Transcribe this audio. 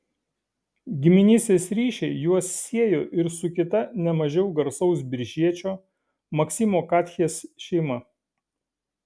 giminystės ryšiai juos siejo ir su kita ne mažiau garsaus biržiečio maksimo katchės šeima